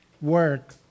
work